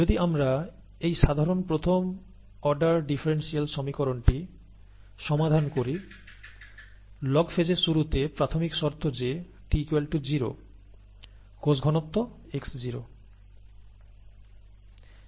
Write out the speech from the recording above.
যদি আমরা এই সাধারণ প্রথম অর্ডার ডিফারেন্সিয়াল সমীকরণটি সমাধান করি লগ ফেজের শুরুতে প্রাথমিক শর্ত যে t 0 কোষ ঘনত্ব x0